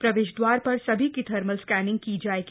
प्रवश्व द्वार पर सभी की थर्मल स्कैनिंग की जाएगी